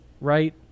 Right